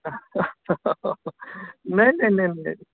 नहि नहि नहि नहि